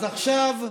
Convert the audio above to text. אז עכשיו,